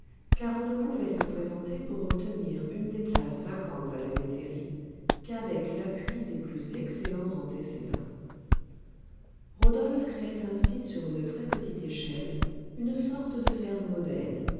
car on ne pouvait se présenter pour obtenir une des places vacantes à la métairie qu'avec l'appui des plus excellents antécédents rodolphe créait ainsi sur une très-petite échelle une sorte de ferme modèle